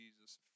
Jesus